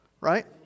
right